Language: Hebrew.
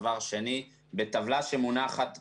דבר שני, בטבלה שמונחת בפניי,